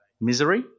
Misery